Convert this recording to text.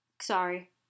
Sorry